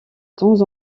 temps